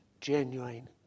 genuine